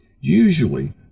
usually